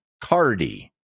Cardi